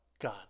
God